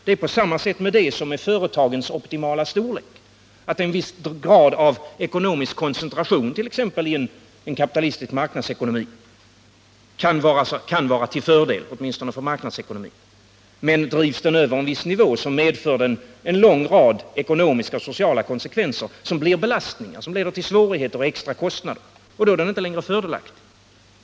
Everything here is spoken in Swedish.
Det är på samma sätt med företagens optimala storlek. En viss grad av ekonomisk koncentration t.ex. i en kapitalistisk marknadsekonomi kan vara till fördel — åtminstone för marknadsekonomin — men drivs den över en viss nivå medför den en lång rad ekonomiska och sociala konsekvenser som blir belastningar och leder till svårigheter och extrakostnader, och då är den inte längre fördelaktig.